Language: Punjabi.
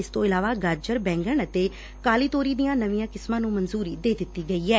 ਇਸ ਤੋਂ ਇਲਾਵਾ ਗਾਜਰ ਬੈਂਗਣ ਅਤੇ ਕਾਲੀ ਤੋਰੀ ਦੀਆਂ ਨਵੀਂ ਕਿਸਮਾਂ ਨੂੰ ਮਨਜੂਰੀ ਦਿੱਤੀ ਗਈ ਐ